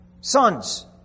sons